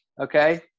okay